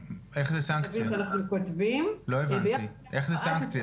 לא הבנתי, אך זה סנקציה?